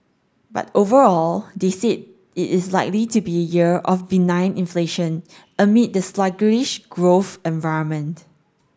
but overall they said it is likely to be a year of benign inflation amid the sluggish growth environment